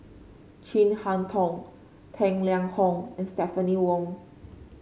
Chin Harn Tong Tang Liang Hong and Stephanie Wong